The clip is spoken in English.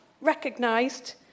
recognised